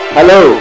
Hello